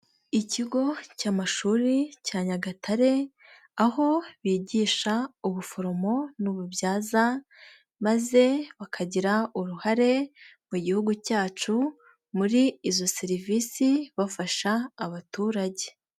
Ikigo cy'amashuri cya Nyagatare aho bigisha ubuforomo n'ububyaza maze bakagira uruhare mu gihugu cyacu muri izo serivisi bafasha abaturage.